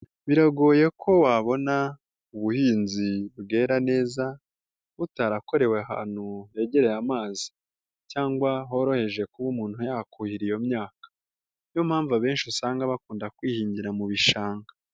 Biragoye ko wabona ubuhinzi bwera neza butarakorewe ahantu hegereye amazi, cyangwa horoheje kuba umuntu yakuhira iyo myaka. Niyo mpamvu abenshi usanga bakunda kwihingira mu bishanga.